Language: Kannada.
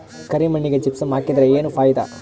ಕರಿ ಮಣ್ಣಿಗೆ ಜಿಪ್ಸಮ್ ಹಾಕಿದರೆ ಏನ್ ಫಾಯಿದಾ?